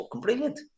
brilliant